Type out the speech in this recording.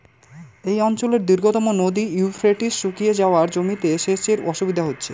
এই অঞ্চলের দীর্ঘতম নদী ইউফ্রেটিস শুকিয়ে যাওয়ায় জমিতে সেচের অসুবিধে হচ্ছে